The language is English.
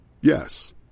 Yes